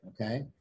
Okay